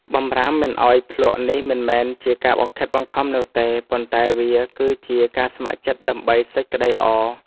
បម្រាមមិនឱ្យភ្លក្សនេះមិនមែនជាការបង្ខិតបង្ខំនោះទេ ប៉ុន្តែវាគឺជាការស្ម័គ្រចិត្តដើម្បីសេចក្តីល្អ។